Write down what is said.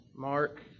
Mark